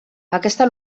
aquesta